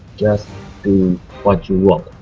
just do what you want